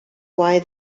why